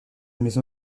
maison